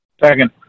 second